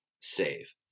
save